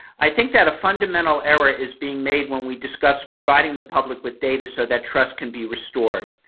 i think that a fundamental error is being made when we discuss providing the public with data so that trust can be restored.